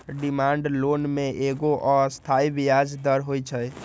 demand loan में एगो अस्थाई ब्याज दर होइ छइ